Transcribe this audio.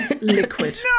liquid